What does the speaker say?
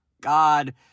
God